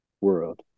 world